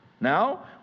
Now